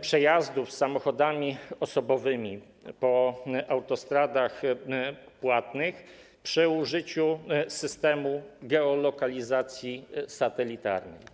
przejazdy samochodami osobowymi po autostradach płatnych z użyciem systemu geolokalizacji satelitarnej.